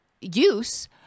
use